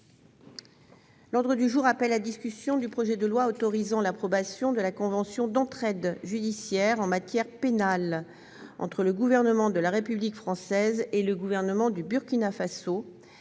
L'ordre du jour appelle la discussion du projet de loi autorisant l'approbation de la convention d'entraide judiciaire en matière pénale entre le Gouvernement de la République française et le Gouvernement du Burkina Faso